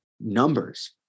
numbers